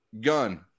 gun